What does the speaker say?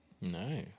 No